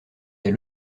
des